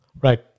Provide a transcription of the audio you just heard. Right